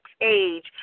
age